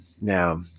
now